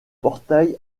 portail